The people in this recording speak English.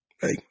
hey